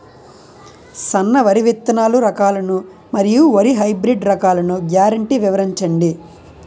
సన్న వరి విత్తనాలు రకాలను మరియు వరి హైబ్రిడ్ రకాలను గ్యారంటీ వివరించండి?